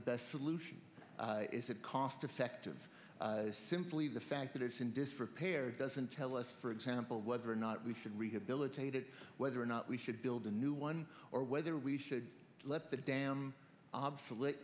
the best solution is it cost effective is simply the fact that it's in disrepair doesn't tell us for example whether or not we should rehabilitate it whether or not we should build a new one or whether we should let the dam obsolete